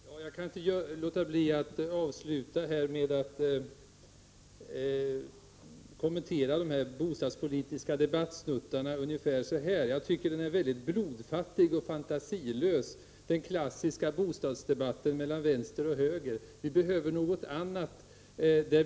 Herr talman! Jag kan inte låta bli att avslutningsvis kommentera dessa bostadspolitiska debattsnuttar så här: Jag tycker att den klassiska bostadsdebatten mellan vänster och höger är mycket blodfattig och fantasilös.